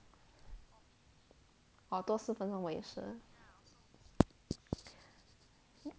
好多四分钟我也是